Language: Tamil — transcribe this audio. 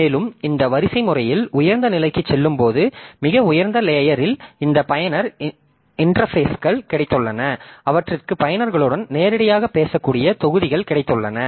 மேலும் இந்த வரிசைமுறையில் உயர்ந்த நிலைக்குச் செல்லும்போது மிக உயர்ந்த லேயர் இல் இந்த பயனர் இன்டெர்பேஸ்கள் கிடைத்துள்ளன அவற்றிற்கு பயனர்களுடன் நேரடியாகப் பேசக்கூடிய தொகுதிகள் கிடைத்துள்ளன